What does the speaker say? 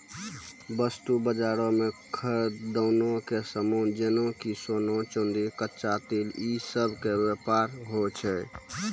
वस्तु बजारो मे खदानो के समान जेना कि सोना, चांदी, कच्चा तेल इ सभ के व्यापार होय छै